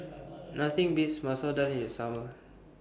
Nothing Beats Masoor Dal in The Summer